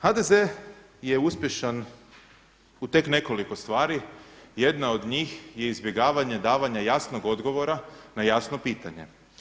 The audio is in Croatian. HDZ je uspješan u tek nekoliko stvari, jedna od njih je izbjegavanje davanja jasnog odgovora na jasno pitanje.